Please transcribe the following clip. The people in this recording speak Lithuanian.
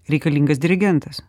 reikalingas dirigentas